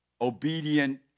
obedient